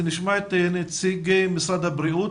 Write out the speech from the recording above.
נשמע את נציגת משרד הבריאות,